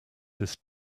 this